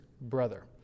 brother